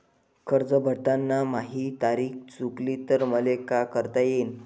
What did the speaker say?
कर्ज भरताना माही तारीख चुकली तर मले का करता येईन?